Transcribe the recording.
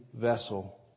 vessel